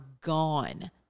gone